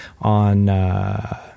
on